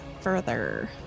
further